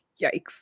yikes